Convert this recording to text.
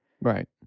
right